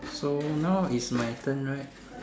so now is my turn right